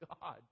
God